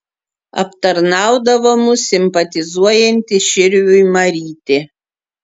aptarnaudavo mus simpatizuojanti širviui marytė